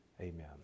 Amen